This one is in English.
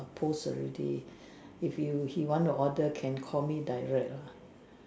err post already if you he want to order can call me direct lah